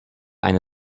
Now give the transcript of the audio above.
eine